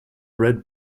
red